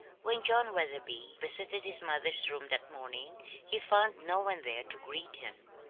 when john wetherby visited his mother's rooms that morning he found no one there to greet him.